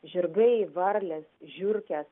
žirgai varlės žiurkės